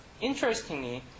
Interestingly